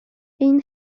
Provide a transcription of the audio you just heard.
این